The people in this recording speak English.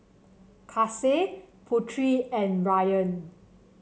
Kasih Putri and Ryan